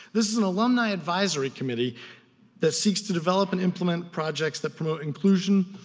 this is an alumni advisory committee that seeks to develop and implement projects that promote inclusion,